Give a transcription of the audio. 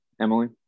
emily